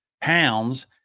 pounds